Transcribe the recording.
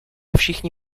všichni